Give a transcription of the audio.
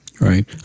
Right